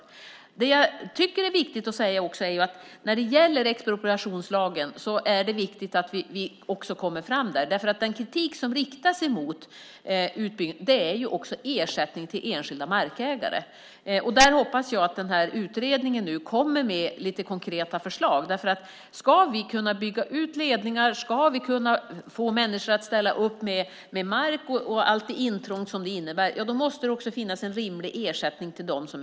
Jag vill säga att jag tycker det är viktigt att vi kommer fram när det gäller expropriationslagen. Den kritik som riktas mot utbygganden handlar ju också om ersättning till enskilda markägare. Där hoppas jag att utredningen nu kommer med lite konkreta förslag. Ska vi kunna bygga ut ledningar, ska vi kunna få människor att ställa upp med mark, med allt det intrång som det innebär, måste det också finnas en rimlig ersättning till markägarna.